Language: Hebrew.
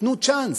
תנו צ'אנס.